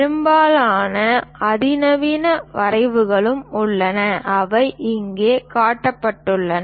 பெரும்பாலான அதிநவீன வரைவுகளும் உள்ளன அவை இங்கே காட்டப்பட்டுள்ளன